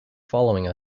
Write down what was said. following